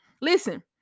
Listen